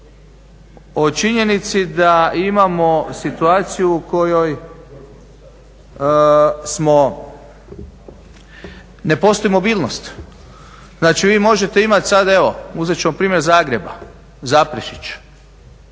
O činjenici da imamo situaciju u kojoj smo, ne postoji mobilnost, znači vi možete imat, sad evo uzet ću vam primjer Zagreba, Zaprešić,